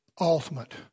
ultimate